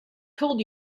told